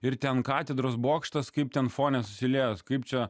ir ten katedros bokštas kaip ten fone susiliejo kaip čia